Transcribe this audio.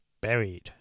Buried